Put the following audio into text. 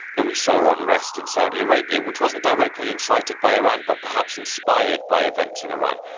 that we saw unrest in saudi arabia, which wasn't directly incited by iran but perhaps inspired by events in iran.